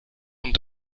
und